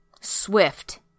swift